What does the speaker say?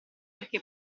perché